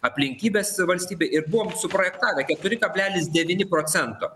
aplinkybės valstybėj ir buvome suprojektavę keturi kablelis devyni procento